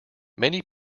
many